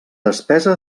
despesa